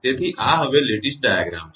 તેથી આ હવે લેટીસ ડાયાગ્રામ છે